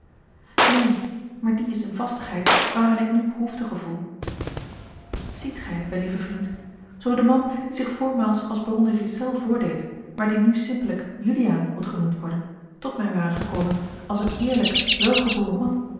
neen maar die is eene vastigheid waaraan ik nu behoefte gevoel ziet gij wellieve vriend zoo de man die zich voormaals als baron de ghiselles voordeed maar die nu simpellijk juliaan moet genoemd worden tot mij ware gekomen als een eerlijk welgeboren man